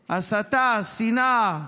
הסתה, שנאה,